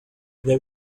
they